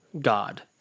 God